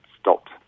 stopped